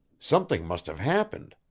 something must have happened.